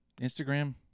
Instagram